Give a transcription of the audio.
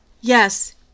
yes